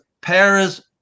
Paris